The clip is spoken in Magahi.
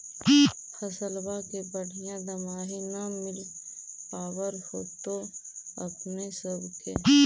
फसलबा के बढ़िया दमाहि न मिल पाबर होतो अपने सब के?